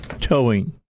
Towing